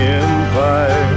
empire